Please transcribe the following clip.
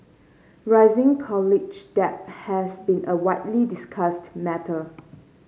rising college debt has been a widely discussed matter